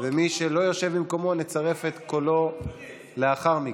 מי שלא יושב במקומו, נצרף את קולו לאחר מכן.